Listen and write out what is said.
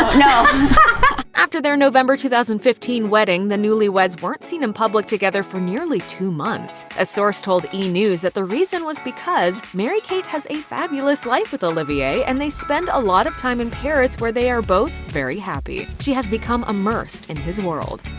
you know after their november two thousand and fifteen wedding, the newlyweds weren't seen in public together for nearly two months. a source told e! news that the reason was because mary-kate has a fabulous life with olivier and they spend a lot of time in paris where they are both very happy. she has become immersed in his world.